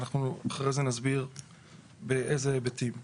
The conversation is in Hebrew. ואנחנו אחרי זה נסביר באיזה היבטים.